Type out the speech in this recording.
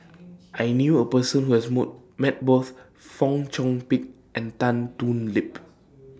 I knew A Person Who has mood Met Both Fong Chong Pik and Tan Thoon Lip